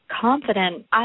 Confident